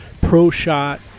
pro-shot